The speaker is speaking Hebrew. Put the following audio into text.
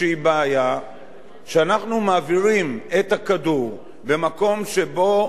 שאנחנו מעבירים את הכדור במקום שבו, לצערנו הרב,